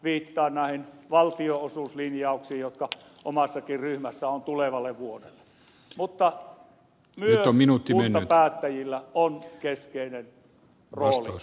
viittaan näihin valtionosuuslinjauksiin jotka omassakin ryhmässäni on tulevalle vuodelle mutta myös kuntapäättäjillä on keskeinen rooli tässä asiassa